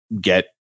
get